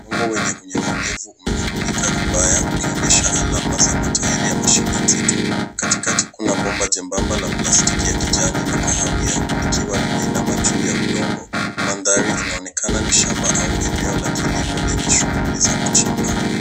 Udongo wenye unyevunyevu umevurugika vibaya ukionyesha alama za matairi ya mashine nzito, katikati kuna bomba jembamba la plastiki ya kijani na kahawia likiwa limeinama juu ya udongo, mandhari inaonekana ni shamba au eneo la kilimo lenye shughuli za kuchimba.